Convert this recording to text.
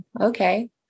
okay